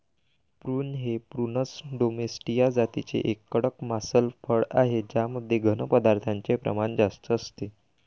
prune हे Prunus domestica जातीचे एक कडक मांसल फळ आहे ज्यामध्ये घन पदार्थांचे प्रमाण जास्त असते